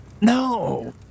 No